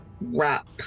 wrap